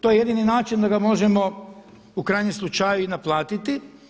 To je jedini način da ga možemo u krajnjem slučaju i naplatiti.